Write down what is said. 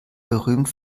berühmt